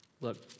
Look